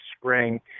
spring